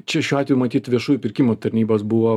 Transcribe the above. čia šiuo atveju matyt viešųjų pirkimų tarnybos buvo